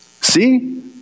See